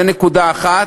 זה נקודה אחת.